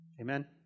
Amen